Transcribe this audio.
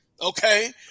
Okay